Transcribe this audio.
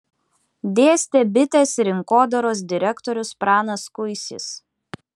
dėstė bitės rinkodaros direktorius pranas kuisys